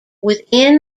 within